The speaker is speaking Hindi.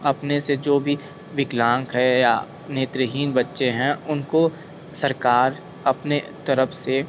अपने से जो भी विकलांग है या नेत्रहीन बच्चे हैं उनको सरकार अपने तरफ़ से